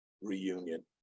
reunion